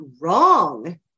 wrong